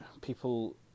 people